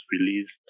released